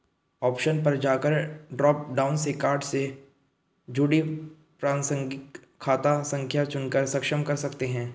option पर जाकर drop down से कार्ड से जुड़ी प्रासंगिक खाता संख्या चुनकर सक्षम कर सकते है